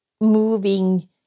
moving